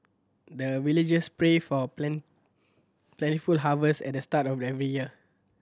the villagers pray for plentiful harvest at the start of every year